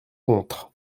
contre